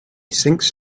sinks